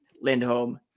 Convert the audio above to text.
Lindholm